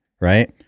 Right